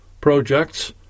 projects